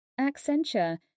Accenture